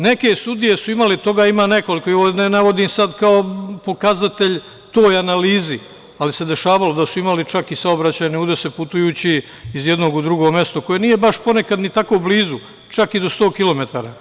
Neke sudije su imale i toga ima nekoliko, ovo ne navodim sada kao pokazatelj toj analizi, ali se dešavalo da su imali čak i saobraćajne udese putujući iz jednog u drugo mesto, koje nije ponekad ni tako blizu, čak i do 100 km.